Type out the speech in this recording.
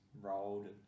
rolled